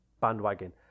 bandwagon